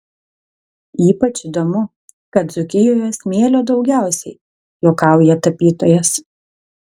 ypač įdomu kad dzūkijoje smėlio daugiausiai juokauja tapytojas